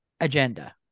agenda